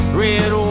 red